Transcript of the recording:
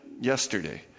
yesterday